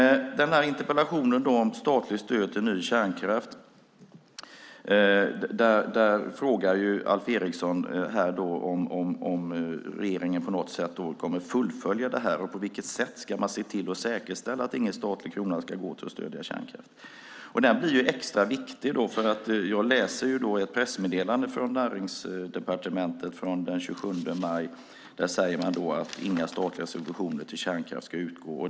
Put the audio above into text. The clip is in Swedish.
I den här interpellationen om statligt stöd till ny kärnkraft frågar Alf Eriksson om regeringen på något sätt kommer att fullfölja detta och på vilket sätt man ska säkerställa att ingen statlig krona går till att stödja kärnkraft. Den blir extra viktiga eftersom jag kan läsa i ett pressmeddelande från Näringsdepartementet från den 27 maj att inga statliga subventioner till kärnkraft ska utgå.